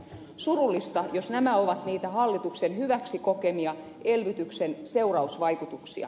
surullista jos nämä ovat niitä hallituksen hyväksi kokemia elvytyksen seurausvaikutuksia